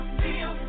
feel